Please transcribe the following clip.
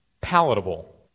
palatable